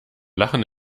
lachen